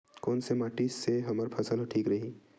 कोन से माटी से हमर फसल ह ठीक रही?